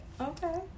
okay